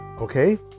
Okay